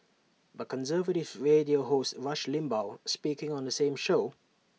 but conservative radio host rush Limbaugh speaking on the same show